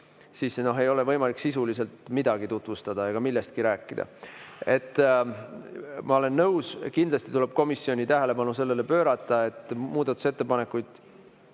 siis ei ole võimalik sisuliselt midagi tutvustada ega millestki rääkida. Ma olen nõus, kindlasti tuleb komisjoni tähelepanu sellele juhtida, et muudatusettepanekuid